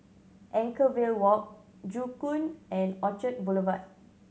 Anchorvale Walk Joo Koon and Orchard Boulevard